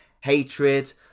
hatred